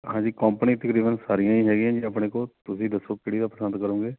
ਹਾਂਜੀ ਕੰਪਨੀ ਤਕਰੀਬਨ ਸਾਰੀਆਂ ਹੀ ਹੈਗੀਆਂ ਜੀ ਆਪਣੇ ਕੋਲ ਤੁਸੀਂ ਦੱਸੋ ਕਿਹੜੀ ਦਾ ਪਸੰਦ ਕਰੋਗੇ